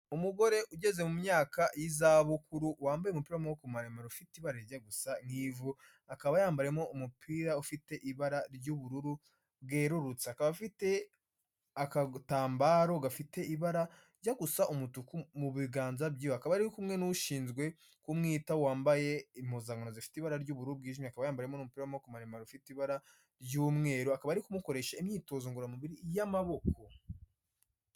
Umugore ugeze mu myaka y'izabukuru, wambaye umupira w'amaboko maremare ufite ibara gusa nk'ivu, akaba yambariyemo umupira ufite ibara ry'ubururu bwerurutse, akaba afite akagatambaro gafite ibara rijya gusa umutuku mu biganza byiwe, akaba ari kumwe n'ushinzwe kumwitaho wambaye impuzankano zifite ibara ry'ubururu bwijimye, akaba yambariyemo n'umupira w'amaboko maremare ufite ibara ry'umweru, akaba ari kumukoresha imyitozo ngororamubiri, y'amaboko.